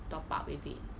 top up with it